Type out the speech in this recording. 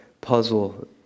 puzzle